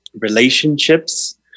relationships